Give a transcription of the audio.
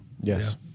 Yes